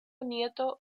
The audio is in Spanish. nieto